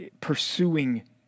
pursuing